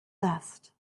best